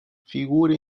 figure